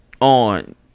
On